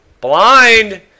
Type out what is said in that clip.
Blind